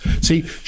see